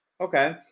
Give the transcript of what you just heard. Okay